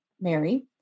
Mary